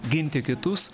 ginti kitus